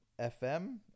FM